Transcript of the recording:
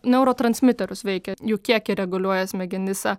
neurotransmiterius veikia jų kiekį reguliuoja smegenyse